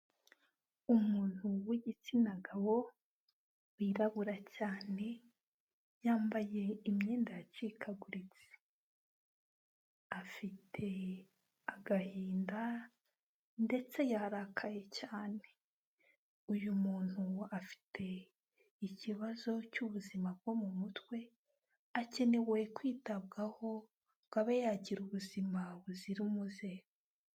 Umuntu w'igitsina gabo wirabura cyane, yambaye imyenda yacikaguritse, afite agahinda ndetse yarakaye cyane. Uyu muntu afite ikibazo cy'ubuzima bwo mu mutwe, akeneye kwitabwaho kugira ngo abe yagira ubuzima buzira umuze.